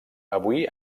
avui